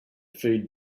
food